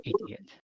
Idiot